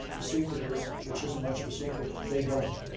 the secret is, which isn't much of a secret, they don't.